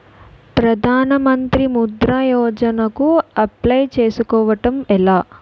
ప్రధాన మంత్రి ముద్రా యోజన కు అప్లయ్ చేసుకోవటం ఎలా?